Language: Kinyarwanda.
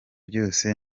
byose